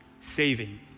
saving